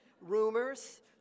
rumors